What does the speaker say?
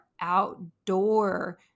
outdoor